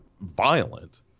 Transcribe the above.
violent